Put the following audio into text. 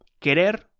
querer